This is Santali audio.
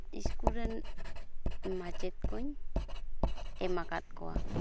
ᱥᱠᱩᱞ ᱨᱮᱱ ᱢᱟᱪᱮᱫ ᱠᱩᱧ ᱮᱢ ᱟᱠᱟᱫ ᱠᱚᱣᱟ